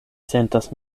sentas